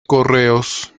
correos